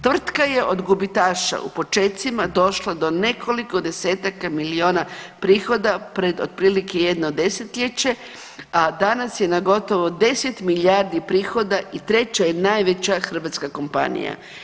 Tvrtka je od gubitaša u počecima došla do nekoliko desetaka milijuna prihoda pred otprilike jedno desetljeće, a danas je na gotovo 10 milijardi prihoda i treća je najveća hrvatska kompanija.